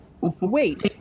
Wait